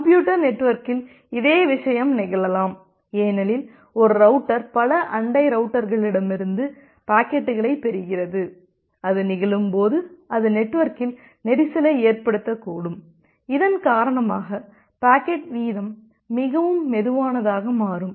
computer நெட்வொர்க்கில் இதே விஷயம் நிகழலாம் ஏனெனில் ஒரு ரவுட்டர் பல அண்டை ரவுட்டர்களிடமிருந்து பாக்கெட்டுகளைப் பெறுகிறது அது நிகழும்போது அது நெட்வொர்க்கில் நெரிசலை ஏற்படுத்தக்கூடும் இதன் காரணமாக பாக்கெட் வீதம் மிகவும் மெதுவானதாக மாறும்